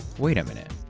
wait a minute.